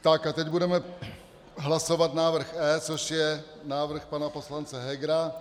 Tak a teď budeme hlasovat návrh E, což je návrh pana poslance Hegera.